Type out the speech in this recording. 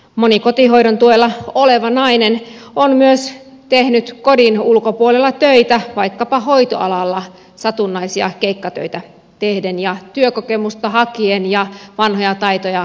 moni kotihoidon tuella oleva nainen on myös tehnyt kodin ulkopuolella töitä vaikkapa hoitoalalla satunnaisia keikkatöitä tehden ja työkokemusta hakien ja vanhoja taitoja edelleen kartuttaen